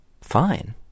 Fine